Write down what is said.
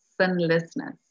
sinlessness